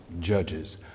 Judges